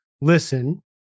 listen